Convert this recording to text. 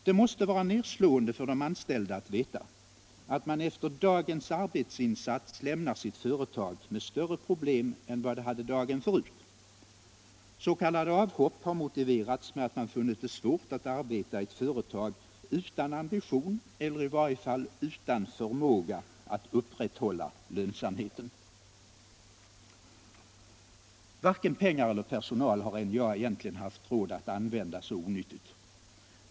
Det måste vara nedslående för de anställda att veta, att man efter dagens arbetsinsats lämnar ett företag med större problem än dagen förut. S. k. avhopp har motiverats med att man har funnit det svårt att arbeta i ett företag utan ambition eller i varje fall utan förmåga att upprätthålla lönsamhet. Varken pengar eller personal har NJA egentligen haft råd att använda så onyttigt.